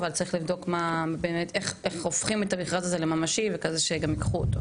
אבל צריך לבדוק איך באמת הופכים את המכרז הזה לממשי ולכזה שגם ייקחו.